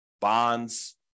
bonds